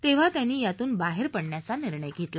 तेव्हा त्यांनी यातून बाहेर पडण्याचा निर्णय जाहीर केला